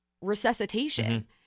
resuscitation